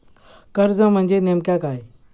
कर्ज म्हणजे नेमक्या काय?